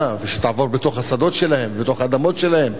ושתעבור בתוך השדות שלהם ובתוך האדמות שלהם,